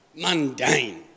mundane